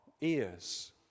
ears